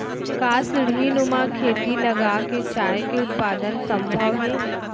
का सीढ़ीनुमा खेती लगा के चाय के उत्पादन सम्भव हे?